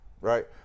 Right